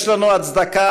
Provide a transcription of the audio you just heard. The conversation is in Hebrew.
"יש לנו הצדקה,